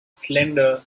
slender